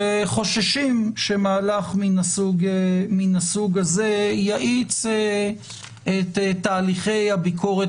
שחוששים שמהלך מן הסוג הזה יאיץ את תהליכי הביקורת